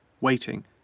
waiting